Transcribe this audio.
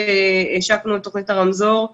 כשהשקנו את תוכנית הרמזור,